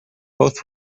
both